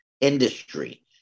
industry